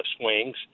swings